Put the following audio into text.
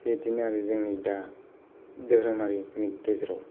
बेदिनो आरो जोंनि दा धोरोमारिनि गेजेराव